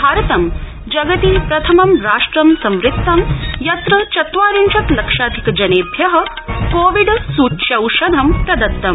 भारतं जगति प्रथमं राष्ट्रं संवृत्तम् यत्र चत्वारिंशत् लक्षाधिक जनेभ्य कोविड सूच्यौषधं प्र त्तम्